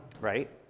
right